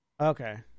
Okay